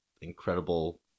incredible